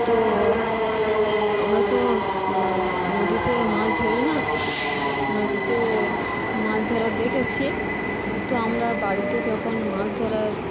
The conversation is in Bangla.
তো আমরা তো নদীতে মাছ ধরি না নদীতে মাছ ধর দেখেছি তো আমরা বাড়িতে যখন মাছ ধরার